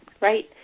right